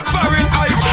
Fahrenheit